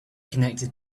connected